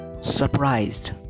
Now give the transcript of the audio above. surprised